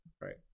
Right